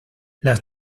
las